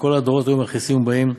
שכל הדורות היו מכעיסין ובאים,